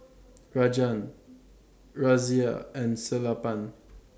Rajan Razia and Sellapan